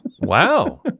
Wow